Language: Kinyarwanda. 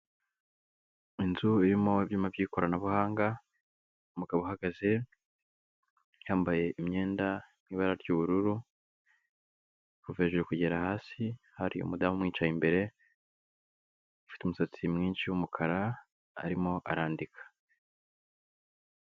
Inzu irimo ibyuma by'ikoranabuhanga, umugabo uhagaze yambaye imyenda y'ibara ry'ubururu kuva hejuru kugera hasi, hari umudamu umwicaye imbere, ufite umusatsi mwinshi w'umukara arimo arandika.